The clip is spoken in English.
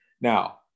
Now